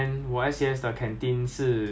那个 food 超好